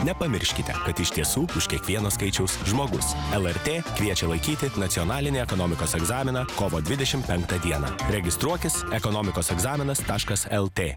nepamirškite kad iš tiesų už kiekvieno skaičiaus žmogus lrt kviečia laikyti nacionalinį ekonomikos egzaminą kovo dvidešimt penktą dieną registruokis ekonomikos egzaminas taškas lt